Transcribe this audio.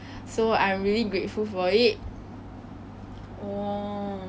and I know that Tiktok 现在是一个很大很大的